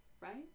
Right